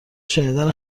شنیدن